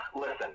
Listen